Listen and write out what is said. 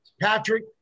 Patrick